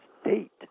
state